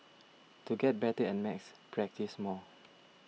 to get better at maths practise more